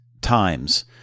times—